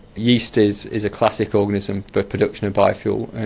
yeast is is a classic organism for production of biofuel.